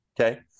Okay